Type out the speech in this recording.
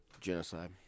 Genocide